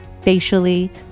facially